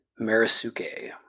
Marisuke